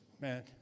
man